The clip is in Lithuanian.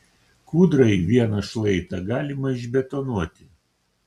kūdrai vieną šlaitą galima išbetonuoti